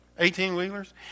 Eighteen-wheelers